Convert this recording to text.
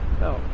No